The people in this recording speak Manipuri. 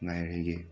ꯉꯥꯏꯔꯒꯦ